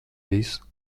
visu